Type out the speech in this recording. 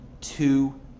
Two